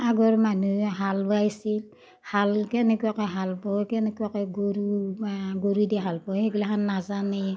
আগৰ মানুহে হাল বাইছিল হাল কেনেকুৱাকে হাল বায় কেনেকুৱাকে গৰু গৰুৱেদি হাল বায় সেইগিলাখান নাজানেই